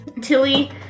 Tilly